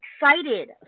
excited